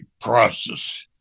process